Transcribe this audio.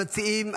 המציעים,